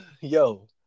Yo